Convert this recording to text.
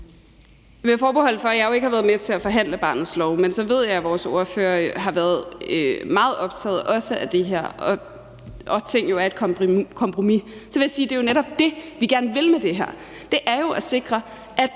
tage forbehold for, at jeg jo ikke har været med til at forhandle barnets lov, men jeg ved, at vores ordfører har været meget optaget af også det her, og at det jo er et kompromis med de ting. Så vil jeg sige, at det jo netop er det, vi vil med det her. Vi vil sikre, at